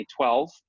2012